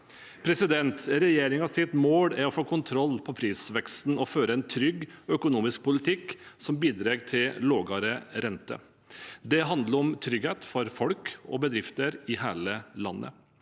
barnefamiliene. Regjeringens mål er å få kontroll på prisveksten og føre en trygg økonomisk politikk som bidrar til lavere rente. Det handler om trygghet for folk og bedrifter i hele landet.